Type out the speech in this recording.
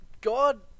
God